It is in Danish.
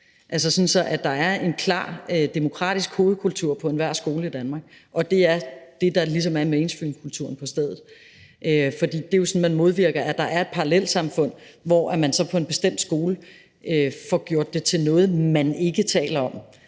sådan at der er en klar demokratisk hovedkultur på enhver skole i Danmark, og det er det, der ligesom er mainstreamkulturen på stedet, for det er jo sådan, det modvirkes, at der er et parallelsamfund, hvor det så på en bestemt skole bliver gjort til noget, man ikke taler om.